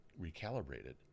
recalibrated